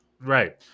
Right